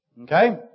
Okay